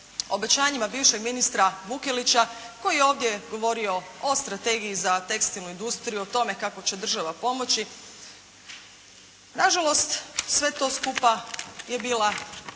obećanjima bivšeg ministra Vukelića koji je ovdje govorio o strategiji za tekstilnu industriju o tome kako će država pomoći. Nažalost, sve to skupa je bila